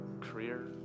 career